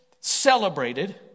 celebrated